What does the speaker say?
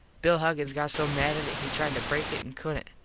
bill huggins got so mad at it he tried to break it and couldnt.